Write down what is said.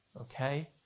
Okay